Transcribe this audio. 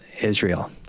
Israel